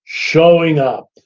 showing up.